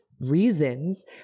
reasons